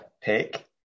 pick